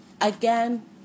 Again